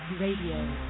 Radio